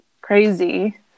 crazy